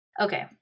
Okay